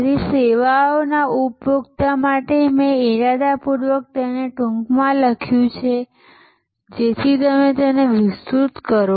તેથી સેવા ઉપભોક્તા માટે મેં ઇરાદાપૂર્વક તેને ટૂંકમાં લખ્યું છે જેથી તમે તેને વિસ્તૃત કરો